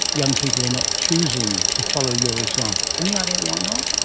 young people are not choosing to follow your example. any idea why not?